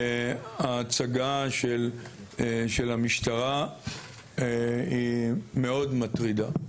ההצגה של המשטרה היא מאוד מטרידה.